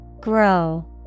Grow